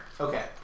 Okay